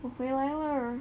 我回来了